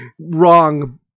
wrong